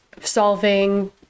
solving